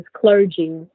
clergy